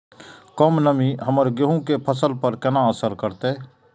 कम नमी हमर गेहूँ के फसल पर केना असर करतय?